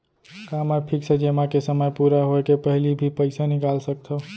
का मैं फिक्स जेमा के समय पूरा होय के पहिली भी पइसा निकाल सकथव?